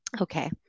Okay